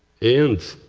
and